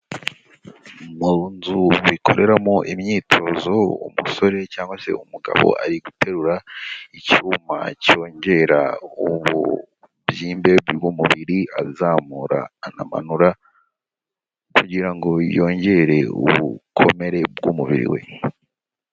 Mu nzu bakoreramo imyitozo umusore cyangwa se umugabo ari guterura icyuma cyongera ububyimbe mu mubiri, azamura anamanura kugira ngo yongere ubukomere bw'umubiri we.